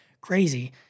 crazy